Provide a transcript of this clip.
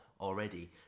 Already